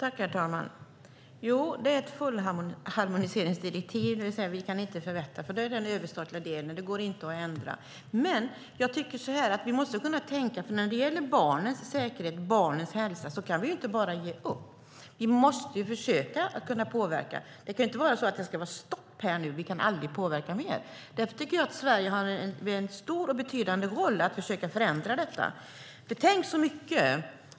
Herr talman! Ja, det är ett fullharmoniseringsdirektiv, vilket vill säga att vi inte kan förbättra det. Det är den överstatliga delen, och den går inte att ändra. Men när det gäller barnens hälsa och säkerhet kan vi inte bara ge upp. Vi måste försöka påverka. Det kan inte bara vara stopp här, så att vi aldrig kan påverka mer. Jag tycker att Sverige har en stor och betydande roll för att försöka förändra detta.